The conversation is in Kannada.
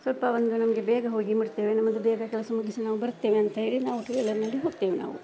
ಸ್ವಲ್ಪ ಒಂದು ನಮ್ಗೆ ಬೇಗ ಹೋಗಿ ಮುಟ್ತೇವೆ ನಮ್ಮದು ಬೇಗ ಕೆಲ್ಸ ಮುಗಿಸಿ ನಾವು ಬರ್ತೇವೆ ಅಂಥೇಳಿ ನಾವು ಟೂ ವೀಲರ್ನಲ್ಲಿ ಹೋಗ್ತೇವೆ ನಾವು